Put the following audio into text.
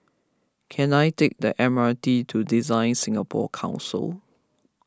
can I take the M R T to DesignSingapore Council